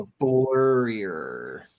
blurrier